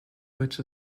which